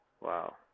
Wow